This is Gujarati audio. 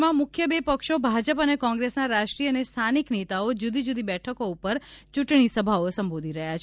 રાજ્યમાં મુખ્ય બે પક્ષો ભાજપ અને કોંગ્રેસના રાષ્ટ્રીય અને સ્થાનિક નેતાઓ જૂદી જુદી બેઠકો ઉપર ચૂંટણીસભાઓ સંબોધી રહ્યાં છે